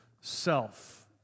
self